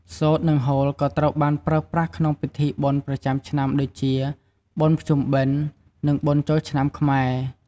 សូត្រ និងហូលក៏ត្រូវបានប្រើប្រាស់ក្នុងពិធីបុណ្យប្រចាំឆ្នាំដូចជា បុណ្យភ្ជុំបិណ្ឌ និង បុណ្យចូលឆ្នាំខ្មែរ។